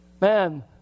Man